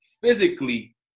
physically